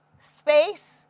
space